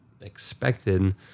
expected